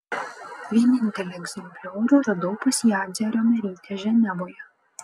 vienintelį egzempliorių radau pas jadzią riomerytę ženevoje